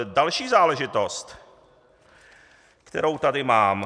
Další záležitost, kterou tady mám.